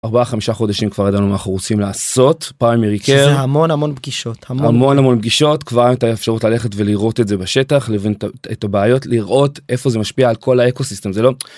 4-5 חודשים כבר ידענו מה אנחנו רוצים לעשות פריימרי קייר, שזה המון המון פגישות המון המון פגישות כבר הייתה אפשרות ללכת ולראות את זה בשטח לבין את הבעיות לראות איפה זה משפיע על כל האקוסיסטם זה לא.